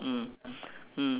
mm mm